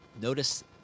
Notice